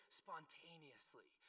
spontaneously